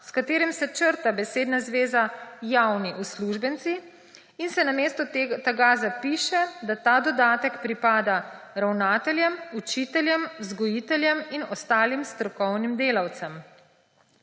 s katerim se črta besedna zveza »javni uslužbenci« in se namesto tega zapiše, da ta dodatek pripada ravnateljem, učiteljem, vzgojiteljem in ostalim strokovnim delavcem.